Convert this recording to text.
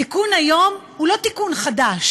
התיקון היום הוא לא תיקון חדש,